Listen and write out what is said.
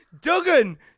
Duggan